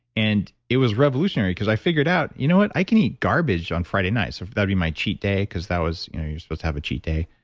and it was revolutionary. because i figured out, you know what? i can eat garbage on friday nights. so if that'd be my cheat day because that was. you're supposed to have a cheat day.